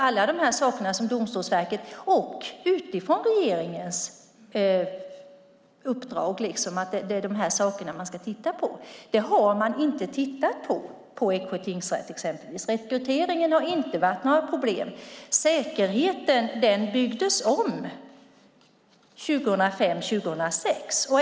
Alla de saker som Domstolsverket har att titta på utifrån regeringens uppdrag har man inte tittat på. Det gäller exempelvis Eksjö tingsrätt. Rekryteringen har inte varit några problem. Säkerheten byggdes om 2005-2006.